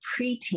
preteen